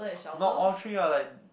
not all tree ah like